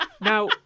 Now